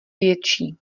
větší